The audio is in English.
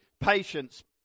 Patience